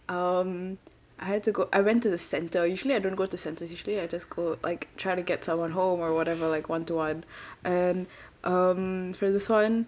um I had to go I went to the centre usually I don't go to centres usually I just go like try to get someone home or whatever like one to one and um for this one